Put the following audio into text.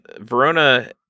Verona